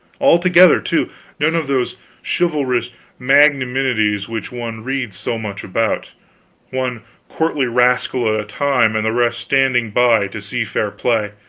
all together, too none of those chivalrous magnanimities which one reads so much about one courtly rascal at a time, and the rest standing by to see fair play.